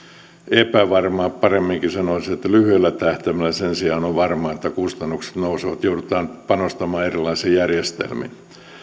epävarmaa paremminkin sanoisin että lyhyellä tähtäimellä sen sijaan on varmaa että kustannukset nousevat joudutaan panostamaan erilaisiin järjestelmiin